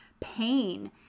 pain